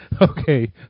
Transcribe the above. Okay